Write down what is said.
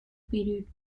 period